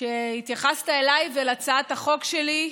שהתייחסת אליי ולהצעת החוק שלי,